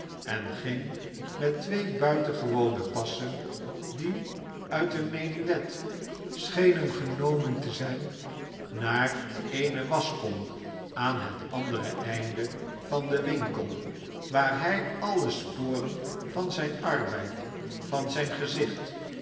en ging met twee buitengewone passen die uit een menuet schenen genomen t s zijn naar eene waschkom aan het andere einde van den winkel waar hij alle sporen van zijn arbeid van zijn gezicht